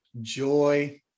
joy